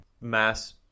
mass